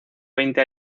veinte